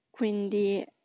Quindi